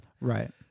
Right